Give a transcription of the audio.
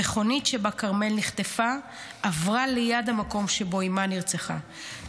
המכונית שבה כרמל נחטפה עברה ליד המקום שבו אימה נרצחה.